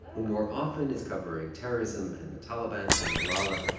who more often is covering terrorism and the taliban and malala,